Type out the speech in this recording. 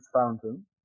fountain